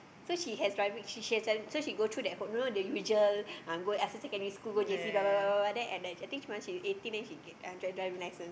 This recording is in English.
so she has driving she she has driving so she go through that whole you know the usual uh go after secondary school go J_C blah blah blah blah blah then I I think once she eighteen she get get uh driving license